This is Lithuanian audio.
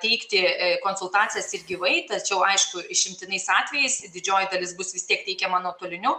teikti konsultacijas ir gyvai tačiau aišku išimtiniais atvejais didžioji dalis bus vis tiek teikiama nuotoliniu